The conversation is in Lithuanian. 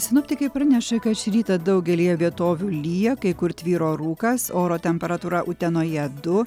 sinoptikai praneša kad šį rytą daugelyje vietovių lyja kai kur tvyro rūkas oro temperatūra utenoje du